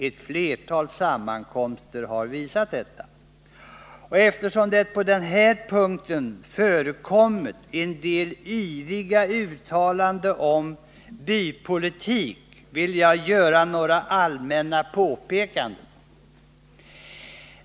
Ett flertal sammankomster hade visat detta. Och eftersom det på den här punkten förekommit en del yviga uttalanden om ”bypolitik” vill jag göra några allmänna påpekanden.